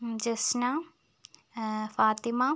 Jesna Fathima